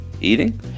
eating